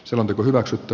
selonteko hyväksytty